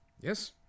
yes